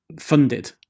funded